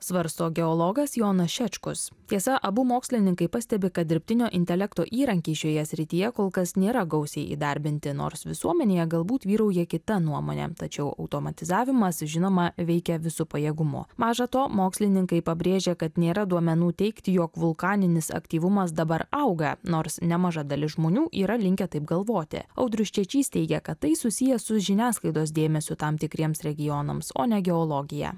svarsto geologas jonas šečkus tiesa abu mokslininkai pastebi kad dirbtinio intelekto įrankiai šioje srityje kol kas nėra gausiai įdarbinti nors visuomenėje galbūt vyrauja kita nuomonė tačiau automatizavimas žinoma veikia visu pajėgumu maža to mokslininkai pabrėžia kad nėra duomenų teigti jog vulkaninis aktyvumas dabar auga nors nemaža dalis žmonių yra linkę taip galvoti audrius čečys teigia kad tai susiję su žiniasklaidos dėmesiu tam tikriems regionams o ne geologija